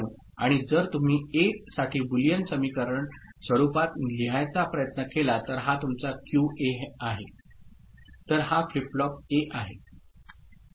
आणि जर तुम्ही ए साठी बुलियन समीकरण स्वरूपात लिहायचा प्रयत्न केला तर हा तुमचा क्यूए आहे तर हा फ्लिप फ्लॉप ए आहे